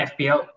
FPL